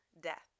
death